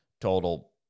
total